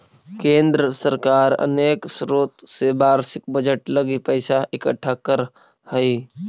केंद्र सरकार अनेक स्रोत से वार्षिक बजट लगी पैसा इकट्ठा करऽ हई